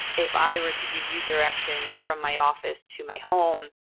if i were to give you directions from my office to my home,